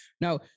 Now